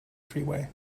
freeway